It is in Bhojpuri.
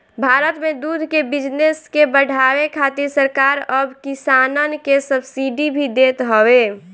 भारत में दूध के बिजनेस के बढ़ावे खातिर सरकार अब किसानन के सब्सिडी भी देत हवे